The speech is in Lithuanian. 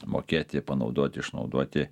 mokėti panaudoti išnaudoti